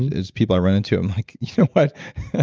it's people i ran into. i'm like, you know what,